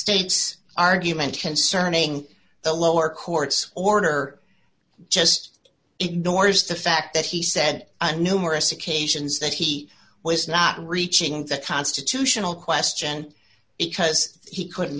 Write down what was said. state's argument concerning the lower court's order just ignores the fact that he said on numerous occasions that he was not reaching that constitutional question because he couldn't